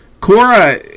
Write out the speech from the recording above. Cora